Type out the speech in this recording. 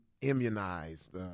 immunized